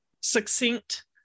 succinct